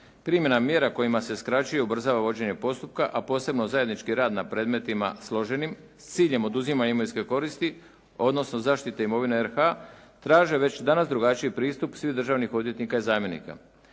Primjena mjera kojima se skraćuje i ubrzava vođenje postupka a posebno zajednički rad na predmetima složenim s ciljem oduzimanja imovinske koristi odnosno zaštite imovine RH traže već danas drugačiji pristup svih državnih odvjetnika i zamjenika.